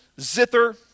zither